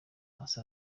hasi